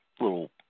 little